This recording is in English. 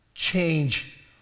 change